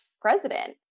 president